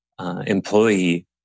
employee